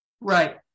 Right